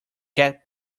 get